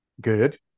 good